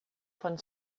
von